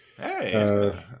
hey